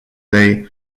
day